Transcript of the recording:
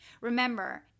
Remember